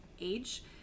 age